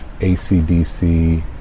ACDC